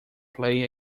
play